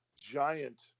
giant